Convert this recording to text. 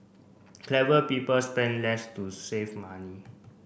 clever people spend less to save money